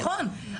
נכון.